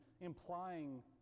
implying